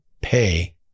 pay